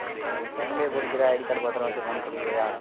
okay second year படிக்கிற ID கார்டை பத்தரமாக வைச்சிக்கணும்னு தெரியலையா